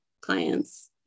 clients